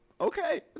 okay